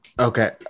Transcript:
Okay